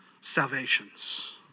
salvations